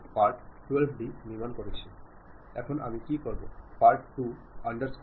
മാത്രമല്ല നിങ്ങൾ ഒരു ആശയം പങ്കിടുമ്പോൾ ചിലപ്പോൾ നിങ്ങൾക്ക് ഒരു ധാരണയുണ്ടാകാം